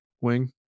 wing